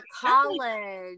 college